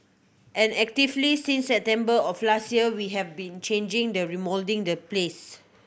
and actively since September of last year we have been changing the remoulding the place